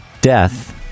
Death